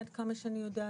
עד כמה שאני יודעת.